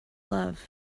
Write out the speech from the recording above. love